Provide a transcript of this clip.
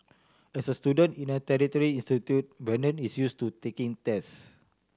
as a student in a tertiary institute Brandon is use to taking tests